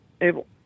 able